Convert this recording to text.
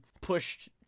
pushed